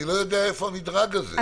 אני לא יודע איפה המדרג הזה.